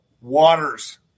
waters